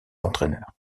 entraîneurs